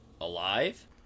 alive